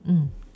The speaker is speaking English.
mm